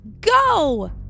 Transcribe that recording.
go